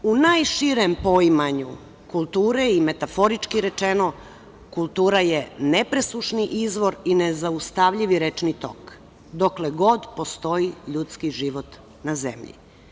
U najširem poimanju kulture i metaforički rečeno kultura je nepresušni izvor i nezaustavljivi rečni tok dokle god postoji ljudski život na zemlji.